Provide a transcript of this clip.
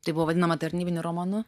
tai buvo vadinama tarnybiniu romanu